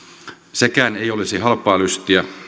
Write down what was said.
sekään ei olisi halpaa lystiä